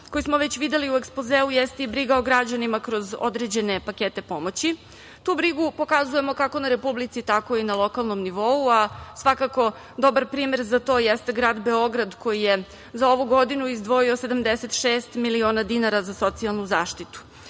koji smo već videli u ekspozeu jeste i briga o građanima kroz određene pakete pomoći. Tu brigu pokazujemo kako na republičkom, tako i na lokalnom nivou, a svakako dobar primer za to jeste grad Beograd koji je za ovu godinu izdvojio 76 miliona dinara za socijalnu zaštitu.